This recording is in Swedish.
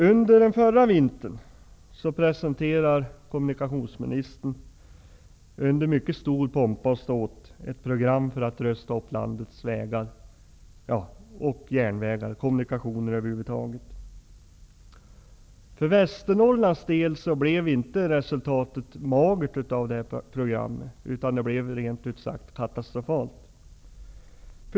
I vintras presenterade kommunikationsministern under mycket stor pompa och ståt ett program för att rusta upp landets kommunikationer. För Västernorrlands del blev resultatet av det programmet inte bara magert utan rent ut sagt katastrofalt.